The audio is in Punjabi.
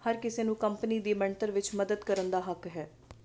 ਹਰ ਕਿਸੇ ਨੂੰ ਕੰਪਨੀ ਦੀ ਬਣਤਰ ਵਿੱਚ ਮਦਦ ਕਰਨ ਦਾ ਹੱਕ ਹੈ